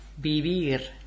Vivir